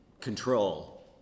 control